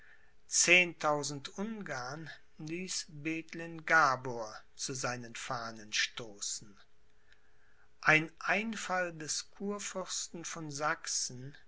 ungarn ließ bethlen gabor zu seinen fahnen stoßen ein einfall des kurfürsten von sachsen